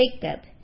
Jacob